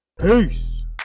peace